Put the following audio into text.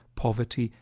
poverty,